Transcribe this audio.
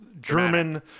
German